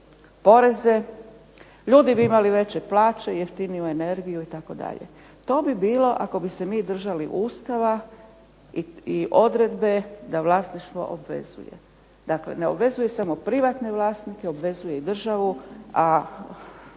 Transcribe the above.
poreze. Ljudi bi imali veće plaće i jeftiniju energiju itd. To bi bilo ako bi se mi držali Ustava i odredbe da vlasništvo obvezuje. Dakle, ne obvezuje samo privatne vlasnike, obvezuje i državu.